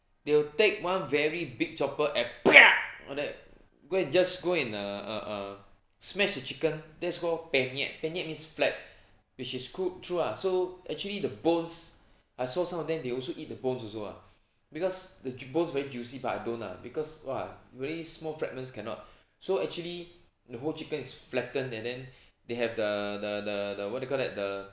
they will take one very big chopper and all that go and just go and and err err err smash the chicken that's call penyet penyet means flat which is tru~ true lah so actually the bones I saw some of them they also eat the bones also lah because the bones very juicy but I don't lah because !wah! very small fragments cannot so actually the whole chicken is flattened and then they have the the the what you call that the